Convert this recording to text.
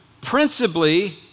principally